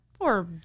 Poor